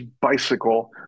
bicycle